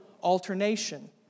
alternation